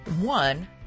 One